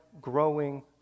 growing